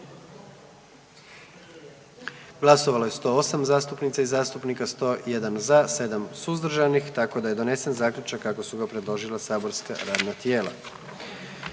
Glasovalo je 108 zastupnica i zastupnika, 101 za, 7 suzdržanih, tako da je donesen Zaključak kako su ga predložila saborska radna tijela.